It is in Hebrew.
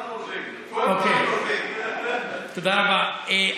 תודה רבה.